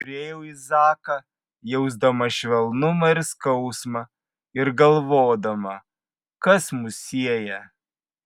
žiūrėjau į zaką jausdama švelnumą ir skausmą ir galvodama kas mus sieja